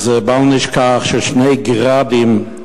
בל נשכח ששני "גראדים",